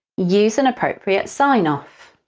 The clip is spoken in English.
use an appropriate signoff.